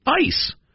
Ice